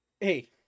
hey